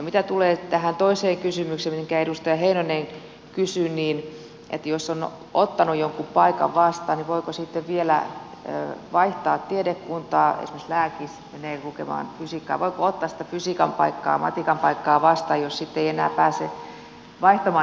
mitä tulee tähän toiseen kysymykseen minkä edustaja heinonen kysyi että jos on ottanut jonkun paikan vastaan niin voiko sitten vielä vaihtaa tiedekuntaa esimerkiksi lääkis menee lukemaan fysiikkaa voiko ottaa sitä fysiikan paikkaa matikan paikkaa vastaan jos sitten ei enää pääse vaihtamaan tiedekuntaa